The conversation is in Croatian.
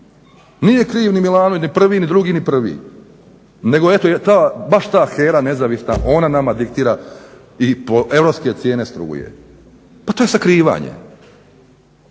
Nije kriv ni Milanović ni prvi ni drugi ni prvi nego eto baš ta HERA nezavisna ona nama diktira europske cijene struje. Pa to je sakrivanje,